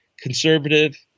conservative